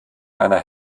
einer